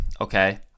okay